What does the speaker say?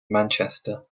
manchester